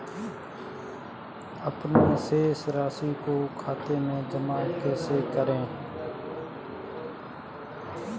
अपने शेष राशि को खाते में जमा कैसे करें?